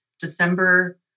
December